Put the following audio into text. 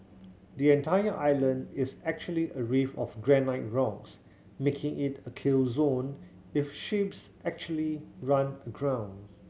the entire island is actually a reef of granite rocks making it a kill zone if ships actually run aground